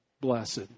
blessed